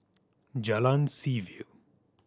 Jalan Seaview